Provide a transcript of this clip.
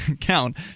count